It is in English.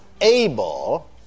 able